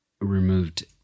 removed